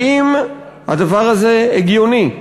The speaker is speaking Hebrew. האם הדבר הזה הגיוני?